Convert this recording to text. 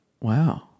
Wow